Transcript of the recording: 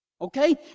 Okay